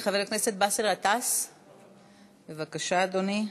חבר הכנסת באסל גטאס, בבקשה, אדוני.